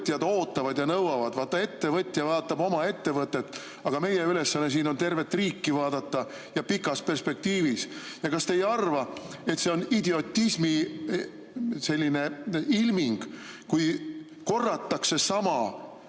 ettevõtjad ootavad ja nõuavad – vaata, ettevõtja vaatab oma ettevõtet, aga meie ülesanne siin on tervet riiki vaadata ja pikas perspektiivis. Kas te ei arva, et see on idiotismi selline ilming, kui korratakse sama